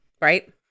right